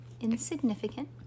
Insignificant